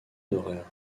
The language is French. honoraire